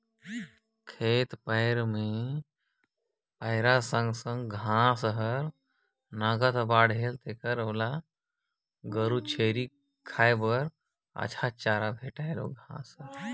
खेत खाएर का पाएर में घांस हर अब्बड़ उपजे रहथे जेहर अब्बड़ बड़िहा पसु चारा हवे